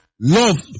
Love